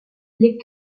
les